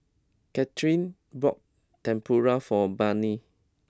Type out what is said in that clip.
Katherin bought Tempura for Barnett